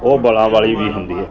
ਉਹ ਬਲਾਂ ਵਾਲੀ ਵੀ ਹੁੰਦੀ ਹੈ